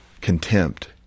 contempt